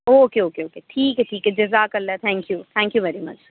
okay okay okay ٹھیک ہے ٹھیک ہے جزاک اللہ thank you thank you very much